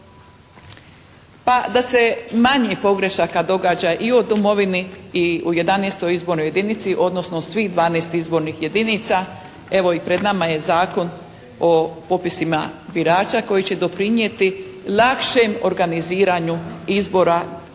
Pa da se manje pogrešaka događa i u domovini i u 11. izbornoj jedinici, odnosno svih 12. izbornih jedinica evo i pred nama je Zakon o popisima birača koji će doprinijeti lakšem organiziranju izbora kako